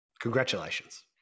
Congratulations